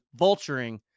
vulturing